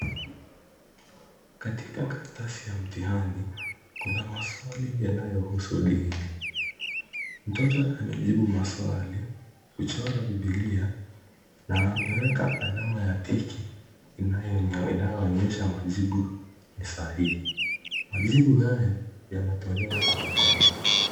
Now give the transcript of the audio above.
Katika karatasi ya mtihani kuna maswali yanayohusu dini. Mtoto amejibu maswali, kuchora bibilia na ameweka alama ya tiki inayoonyesha majibu ni sahihi. Majibu hayo yametolewa kwa mkono.